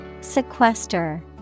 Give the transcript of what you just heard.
Sequester